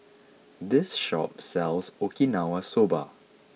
this shop sells Okinawa soba